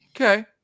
Okay